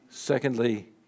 Secondly